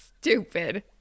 Stupid